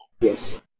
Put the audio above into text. Yes